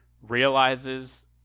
realizes